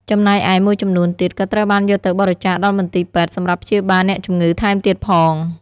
ចំណែកឯ មួយចំនួនទៀតក៏ត្រូវបានយកទៅបរិច្ឆាកដល់មន្ទីរពេទ្យសម្រាប់ព្យាបាលអ្នកជំងឺថែមទៀតផង។